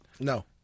No